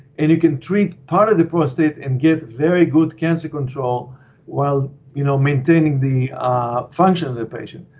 and you can treat part of the prostate and get very good cancer control while you know maintaining the function of the patient.